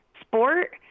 sport